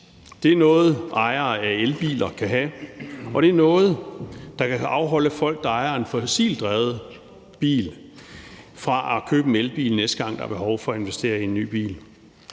Det er noget, ejere af elbiler kan have, og det er noget, der kan afholde folk, der ejer en fossildrevet bil, fra at købe en elbil, næste gang der er behov for at investere i ny bil.